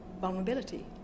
vulnerability